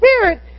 spirit